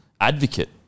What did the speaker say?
advocate